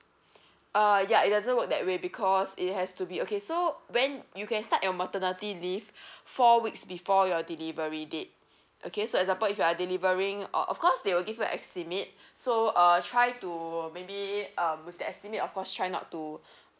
uh ya it doesn't work that way because it has to be okay so when you can start your maternity leave four weeks before your delivery date okay so example if you are delivering or of course they will give estimate so uh try to maybe um with the estimate of course try not to